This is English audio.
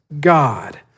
God